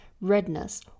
redness